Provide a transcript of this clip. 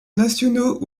nationaux